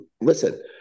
listen